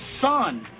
son